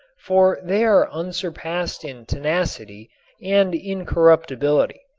for they are unsurpassed in tenacity and incorruptibility.